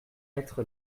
être